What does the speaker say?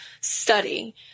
study